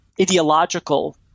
ideological